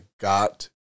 got